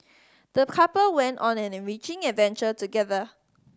the couple went on an enriching adventure together